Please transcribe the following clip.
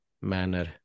manner